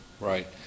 Right